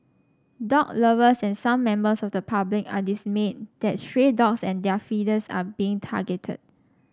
dog lovers and some members of the public are dismayed that stray dogs and their feeders are being targeted